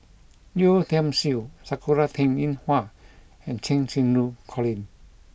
Yeo Tiam Siew Sakura Teng Ying Hua and Cheng Xinru Colin